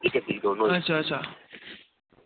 अच्छा अच्छा